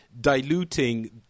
diluting